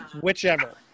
whichever